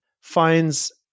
finds